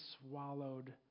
swallowed